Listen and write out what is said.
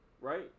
Right